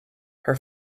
her